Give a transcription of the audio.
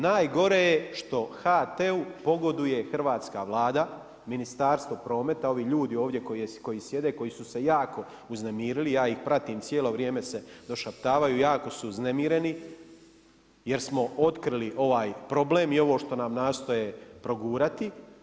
Najgore je što HT-u pogoduje hrvatska Vlada, Ministarstvo prometa, ovi ljudi ovdje koji sjede, koji su se jako uznemirili, ja ih pratim i cijelo vrijeme se došaptavaju, jako su uznemireni jer smo otkrili ovaj problem i ovo što nam nastoje progurati.